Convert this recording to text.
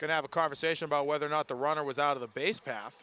could have a conversation about whether or not the runner was out of the base path